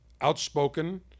outspoken